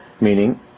meaning